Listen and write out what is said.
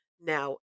Now